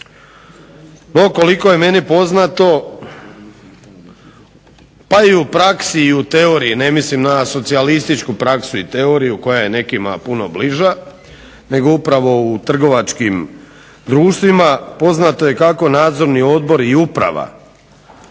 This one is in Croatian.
To koliko je meni poznato pa i u praksi i u teoriji ne mislim na socijalističku praksu i teoriju koja je nekima puno bliža, nego upravo u trgovačkim društvima poznato je kako nadzorni odbor i uprava